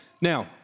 Now